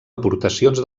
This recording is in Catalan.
aportacions